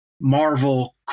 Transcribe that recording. Marvel